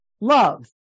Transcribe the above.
love